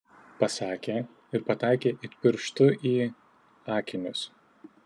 pasakė ir pataikė it pirštu į akinius